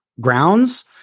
grounds